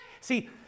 See